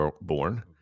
born